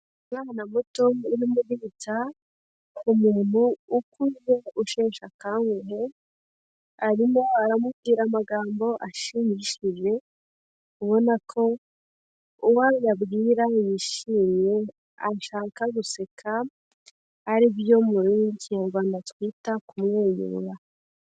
Umwana muto uri mu gihugu cya umuntu ukuze usheshe akanguhe arimo aramubwira amagambo ashimishije ubona ko uwo ayabwira yishimye anshaka guseka aribyo m'ururimi rw'ikinyarwanda twita kumwenyura.